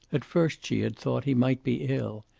at first she had thought he might be ill.